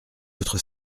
votre